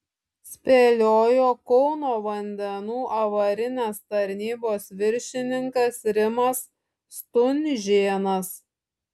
spėliojo kauno vandenų avarinės tarnybos viršininkas rimas stunžėnas